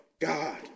God